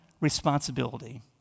responsibility